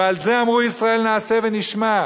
ועל זה אמרו ישראל: נעשה ונשמע,